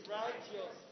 righteous